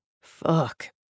Fuck